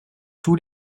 tous